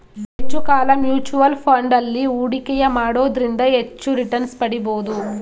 ಹೆಚ್ಚು ಕಾಲ mutual fund ಅಲ್ಲಿ ಹೂಡಿಕೆಯ ಮಾಡೋದ್ರಿಂದ ಹೆಚ್ಚು ರಿಟನ್ಸ್ ಪಡಿಬೋದು